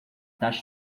taxa